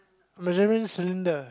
measuring cylinder